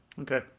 okay